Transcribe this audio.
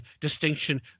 distinction